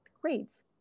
grades